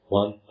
one